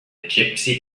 gypsy